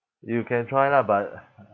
you can try lah but